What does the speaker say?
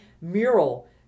mural